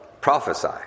prophesy